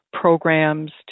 programs